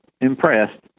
impressed